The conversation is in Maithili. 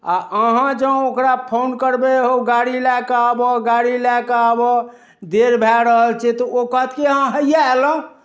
आ अहाँ जँ ओकरा फोन करबै हौ गाड़ी लए कऽ आबह गाड़ी लए कऽ आबह देर भए रहल छै तऽ ओ कहत कि हाँ हैया अयलहुँ